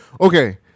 Okay